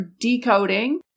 decoding